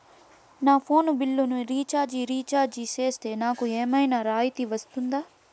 నా ఫోను బిల్లును recharge recharge సేస్తే, నాకు ఏమన్నా రాయితీ వస్తుందా?